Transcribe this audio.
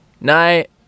Night